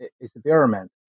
experiment